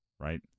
Right